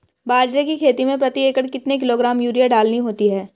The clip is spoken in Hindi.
बाजरे की खेती में प्रति एकड़ कितने किलोग्राम यूरिया डालनी होती है?